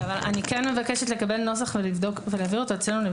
אני כן מבקשת לקבל נוסח ולהעביר אותו אלינו לבדיקה.